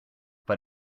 but